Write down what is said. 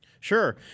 Sure